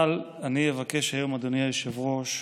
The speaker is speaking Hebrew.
אבל אבקש היום, אדוני היושב-ראש,